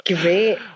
Great